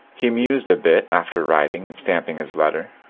he mosed a bit after writing and stamping his letter.